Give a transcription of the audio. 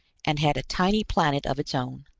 and had a tiny planet of its own.